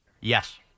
Yes